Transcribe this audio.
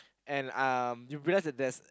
and um you realize that there's